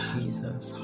Jesus